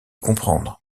comprendre